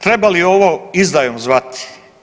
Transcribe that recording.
Treba li ovo izdajom zvati?